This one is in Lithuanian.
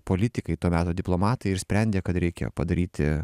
politikai to meto diplomatai ir sprendė kad reikia padaryti